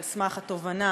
על סמך התובנה